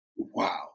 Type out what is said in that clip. Wow